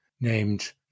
named